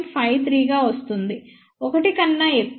53 గా వస్తుంది 1 కన్నా ఎక్కువ